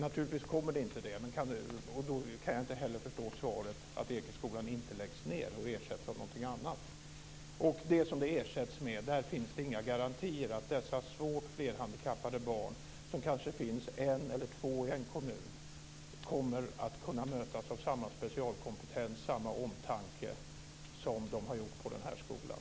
Naturligtvis kommer det inte det, och då kan jag inte heller förstå svaret att Ekeskolan inte läggs ned och ersätts av något annat. I det som det ersätts med finns det inga garantier för att dessa svårt flerhandikappade barn, som det kanske finns en eller två av i en kommun, kommer att kunna mötas av samma specialkompetens och omtanke som de har gjort på den här skolan.